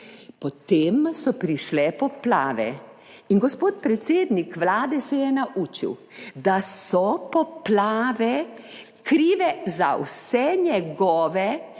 Potem so prišle poplave in gospod predsednik Vlade se je naučil, da so poplave krive za vse njegove